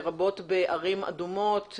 לרבות בערים אדומות,